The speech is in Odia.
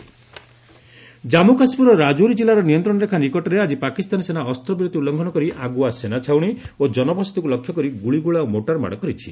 କେକେ ସିଜ୍ଫାୟାର୍ ଭାଓଲେସନ୍ ଜନ୍ମୁ କାଶ୍ମୀରର ରାଜୌରୀ କିଲ୍ଲାର ନିୟନ୍ତ୍ରଣ ରେଖା ନିକଟରେ ଆଜି ପାକିସ୍ତାନୀ ସେନା ଅସ୍ତ୍ରବିରତି ଉଲ୍ଲଙ୍ଘନ କରି ଆଗୁଆ ସେନାଛାଉଣୀ ଓ ଜନବସତିକୁ ଲକ୍ଷ୍ୟ କରି ଗୁଳିଗୋଳା ଓ ମୋର୍ଚାର ମାଡ଼ କରିଛି